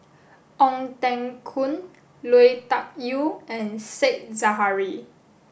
Ong Teng Koon Lui Tuck Yew and Said Zahari